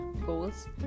goals